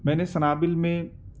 میں نے صنابل میں